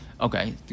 Okay